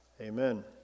Amen